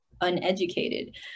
uneducated